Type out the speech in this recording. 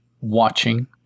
watching